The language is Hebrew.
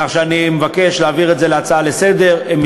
כך שאני מבקש להעביר את זה להצעה לסדר-היום.